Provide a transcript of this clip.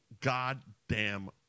goddamn